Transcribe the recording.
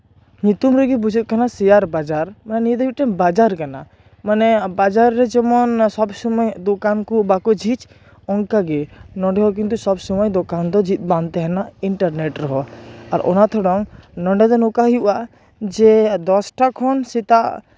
ᱧᱩᱛᱩᱢ ᱨᱮᱜᱮ ᱵᱩᱡᱷᱟᱹᱜ ᱠᱟᱱᱟ ᱥᱮᱭᱟᱨ ᱵᱟᱡᱟᱨ ᱢᱟᱱᱮ ᱱᱚᱣᱟ ᱫᱚ ᱢᱤᱫᱴᱮᱱ ᱵᱟᱡᱟᱨ ᱠᱟᱱᱟ ᱢᱟᱱᱮ ᱵᱟᱡᱟᱨ ᱨᱮ ᱡᱮᱢᱚᱱ ᱥᱚᱵᱽ ᱥᱚᱢᱚᱭ ᱫᱚᱠᱟᱱ ᱠᱚ ᱵᱟᱠᱚ ᱡᱷᱤᱡᱽ ᱚᱱᱠᱟᱜᱮ ᱱᱚᱸᱰᱮ ᱦᱚᱸ ᱠᱤᱱᱛᱩ ᱥᱚᱵᱽ ᱥᱚᱢᱚᱭ ᱫᱚᱠᱟᱱ ᱫᱚ ᱡᱷᱤᱡ ᱵᱟᱝ ᱛᱟᱦᱮᱱᱟ ᱤᱱᱴᱟᱨᱱᱮᱴ ᱨᱮᱦᱚᱸ ᱚᱱᱟ ᱛᱮᱲᱚᱝ ᱱᱚᱸᱰᱮ ᱫᱚ ᱱᱚᱝᱠᱟ ᱦᱩᱭᱩᱜᱼᱟ ᱡᱮ ᱫᱚᱥᱴᱟ ᱠᱷᱚᱱ ᱥᱮᱛᱟᱜ